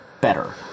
better